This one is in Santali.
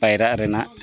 ᱯᱟᱭᱨᱟᱜ ᱨᱮᱱᱟᱜ